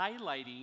highlighting